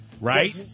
Right